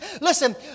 Listen